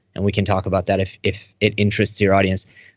and we can talk about that if if it interests your audience.